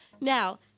Now